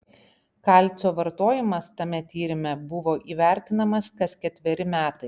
kalcio vartojimas tame tyrime buvo įvertinamas kas ketveri metai